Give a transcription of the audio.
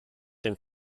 dem